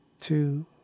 two